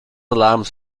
alarms